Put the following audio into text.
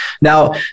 Now